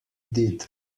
did